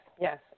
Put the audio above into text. yes